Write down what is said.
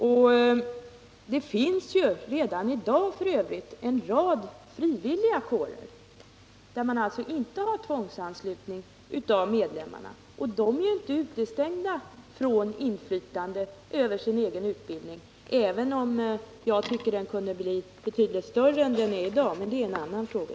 Och det finns f. ö. redan i dag en rad frivilliga kårer som inte har tvångsanslutning av medlemmarna, och de är inte utestängda från inflytande över sin egen utbildning —- även om jag tycker att det kunde bli betydligt större än i dag, men det är en annan fråga.